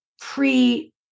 pre